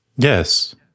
Yes